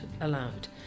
allowed